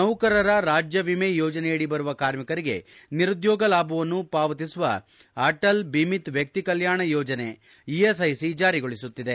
ನೌಕರರ ರಾಜ್ಯ ವಿಮೆ ಇಎಸ್ಐ ಯೋಜನೆಯಡಿ ಬರುವ ಕಾರ್ಮಿಕರಿಗೆ ನಿರುದ್ಯೋಗ ಲಾಭವನ್ನು ಪಾವತಿಸುವ ಅಟಲ್ ಬಿಮಿತ್ ವ್ಯಕ್ತಿ ಕಲ್ಯಾಣ ಯೋಜನೆ ಇಎಸ್ಐಸಿ ಜಾರಿಗೊಳಿಸುತ್ತಿದೆ